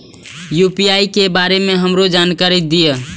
UPI के बारे में हमरो जानकारी दीय?